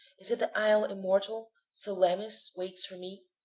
is it the isle immortal, salamis, waits for me?